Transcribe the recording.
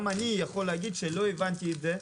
גם אני יכול להגיד שלא הבנתי את זה,